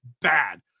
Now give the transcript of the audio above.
bad